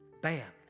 Bam